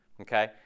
okay